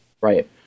Right